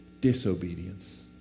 disobedience